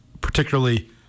particularly